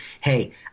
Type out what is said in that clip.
hey